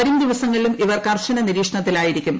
വരും ദിവസങ്ങളിലും ഇവർ കർശന നിരീക്ഷണത്തിലായിരിക്കും